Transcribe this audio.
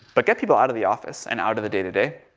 but get people out of the office and out of the day-to-day,